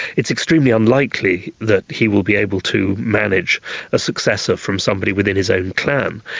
it is extremely unlikely that he will be able to manage a successor from somebody within his own clan.